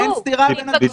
אין סתירה בין הדברים.